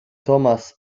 thomas